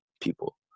people